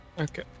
Okay